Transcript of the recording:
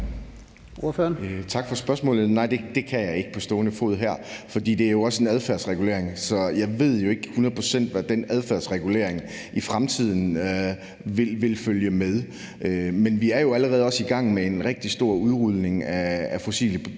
Tak for spørgsmålet. Nej, det kan jeg ikke på stående fod her, for det er jo også en adfærdsregulering, så jeg ved ikke hundrede procent, hvad der vil følge med den adfærdsregulering i fremtiden. Men vi er jo allerede også i gang med en rigtig stor udrulning af fossilfri